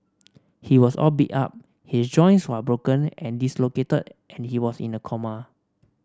he was all beat up his joints were broken and dislocated and he was in a coma